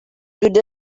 good